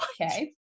Okay